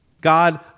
God